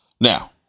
Now